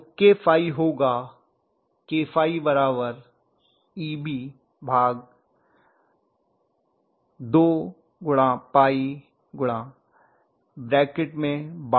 तो kΦ होगा kφEb2π24 A If पर